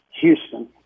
Houston